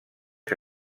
que